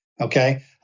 okay